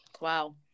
Wow